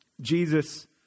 Jesus